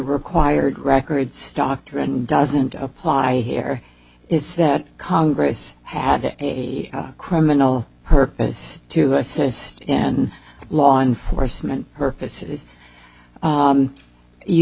required records doctrine doesn't apply here is that congress had a criminal purpose to assist in law enforcement purposes